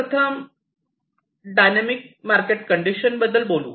प्रथम dynamic market condition बद्दल बोलू